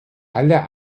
aller